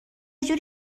جوری